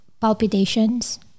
palpitations